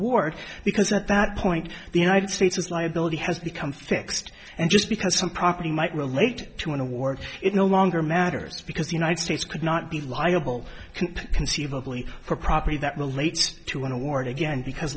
award because at that point the united states has liability has become fixed and just because some property might relate to an award it no longer matters because the united states could not be liable could conceivably for property that relates to an award again because